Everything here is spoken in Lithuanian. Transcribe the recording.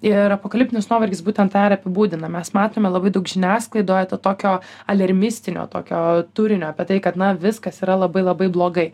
ir apokaliptinis nuovargis būtent tą ir apibūdina mes matome labai daug žiniasklaidoje to tokio alermistinio tokio turinio apie tai kad na viskas yra labai labai blogai